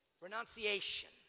Renunciation